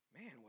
man